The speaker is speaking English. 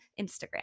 Instagram